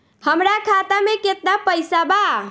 हमरा खाता मे केतना पैसा बा?